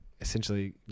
essentially